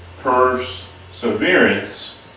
perseverance